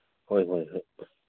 ꯍꯣꯏ ꯍꯣꯏ ꯍꯣꯏ